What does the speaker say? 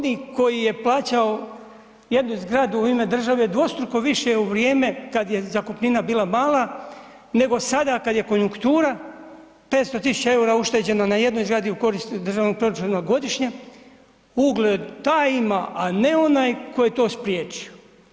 Onaj koji je plaćao jednu zgradu u ime države dvostruko više u vrijeme kad je zakupnina bila mala, nego sada kad je konjunktura, 500 000 eura ušteđeno na jednoj zgradi u korist državnog proračuna godišnje, ugled taj ima a ne onaj koji je to spriječio.